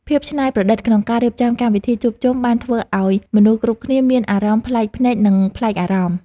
ភាពច្នៃប្រឌិតក្នុងការរៀបចំកម្មវិធីជួបជុំបានធ្វើឱ្យមនុស្សគ្រប់គ្នាមានអារម្មណ៍ប្លែកភ្នែកនិងប្លែកអារម្មណ៍។